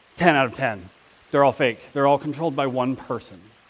ten out of ten they're all fake. they're all controlled by one person.